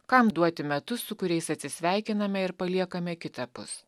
kam duoti metus su kuriais atsisveikiname ir paliekame kitapus